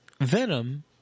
Venom